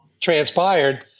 transpired